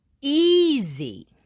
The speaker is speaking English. easy